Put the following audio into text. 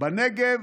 בנגב,